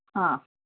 ಹಾಂ